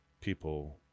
people